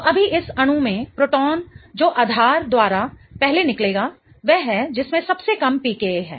तो अभी इस अणु में प्रोटॉन जो आधार द्वारा पहले निकलेगा वह है जिसमें सबसे कम pKa है